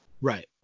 Right